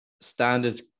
standards